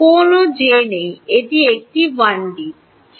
কোন j নেই এটি এটিকে 1 ডি করি